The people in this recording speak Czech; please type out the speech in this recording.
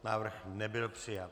Návrh nebyl přijat.